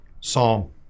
Psalm